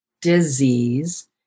disease